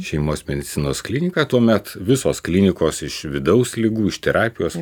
šeimos medicinos klinika tuomet visos klinikos iš vidaus ligų iš terapijos